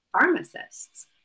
pharmacists